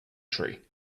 tree